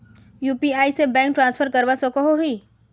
UPI से bank transfer करवा सकोहो ही?